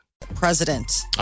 President